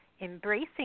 Embracing